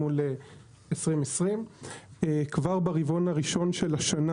מול 2020. כבר ברבעון הראשון של השנה,